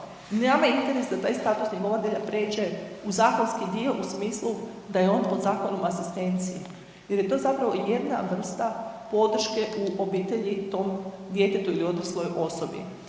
Nama je interes da taj status njegovatelja pređe u zakonski dio u smislu da je on pod zakonom asistencije jer je to zapravo jedna vrsta podrške u obitelji tom djetetu ili odrasloj osobi.